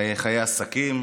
לחיי עסקים.